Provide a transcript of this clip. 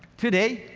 today,